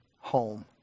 home